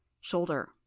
Shoulder